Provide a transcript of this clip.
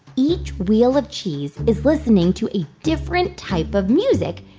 each wheel of cheese is listening to a different type of music,